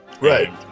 Right